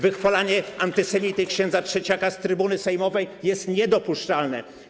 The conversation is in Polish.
Wychwalanie antysemity ks. Trzeciaka z trybuny sejmowej jest niedopuszczalne.